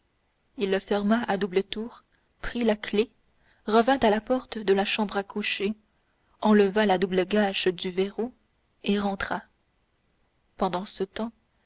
il le ferma à double tour prit la clef revint à la porte de la chambre à coucher enleva la double gâche du verrou et rentra pendant ce temps